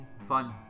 fun